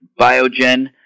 Biogen